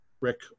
Rick